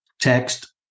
text